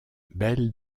belles